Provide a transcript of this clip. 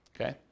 Okay